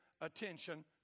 attention